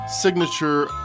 Signature